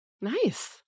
Nice